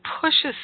pushes